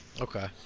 Okay